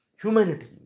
Humanity